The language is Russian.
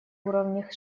уровнях